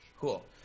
cool